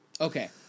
Okay